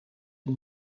een